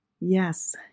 Yes